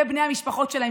ובני המשפחות שלהם,